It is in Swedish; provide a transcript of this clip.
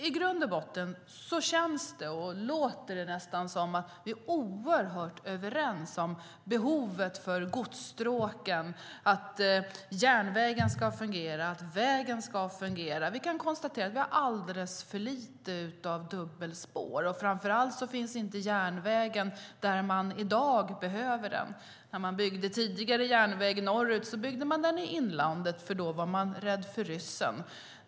I grund och botten låter det som att vi är överens om behovet för godsstråken, att järnvägen och vägen ska fungera. Vi kan konstatera att det finns alldeles för lite av dubbelspår. Framför allt finns inte järnvägen där man i dag behöver den. När man tidigare byggde järnvägen norrut byggde man den i inlandet, eftersom man då var rädd för ryssen.